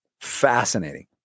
Fascinating